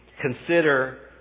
consider